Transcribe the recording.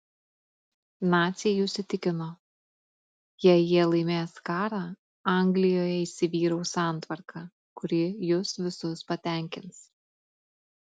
naciai jus įtikino jei jie laimės karą anglijoje įsivyraus santvarka kuri jus visus patenkins